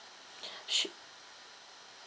su~